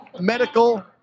medical